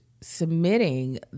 submitting